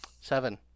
Seven